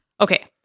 Okay